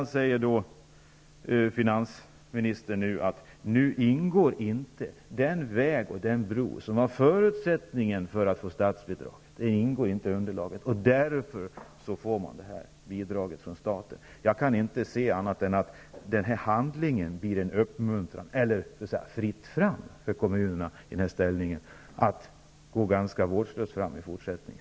Nu säger finansministern att den väg och den bro som var förutsättningen för att få statsbidrag inte ingår i underlaget och att det är anledningen till att man får bidraget från staten. Jag kan inte tolka det annorlunda än att denna handling innebär uppmuntran för kommunerna i den här ställningen, nämligen att det är fritt fram att handla ganska vårdslöst i fortsättningen.